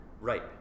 Right